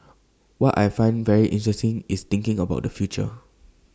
what I find very interesting is thinking about the future